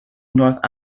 north